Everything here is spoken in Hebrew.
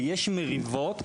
ויש מריבות.